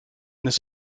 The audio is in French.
n’est